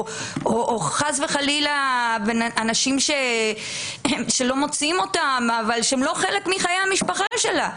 או חס וחלילה אנשים שלא מוציאים אותם אבל הם לא חלק מחיי המשפחה שלה.